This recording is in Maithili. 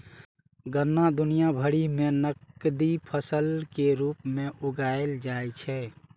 गन्ना दुनिया भरि मे नकदी फसल के रूप मे उगाएल जाइ छै